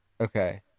Okay